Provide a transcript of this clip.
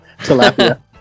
tilapia